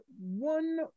one